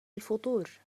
الفطور